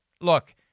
look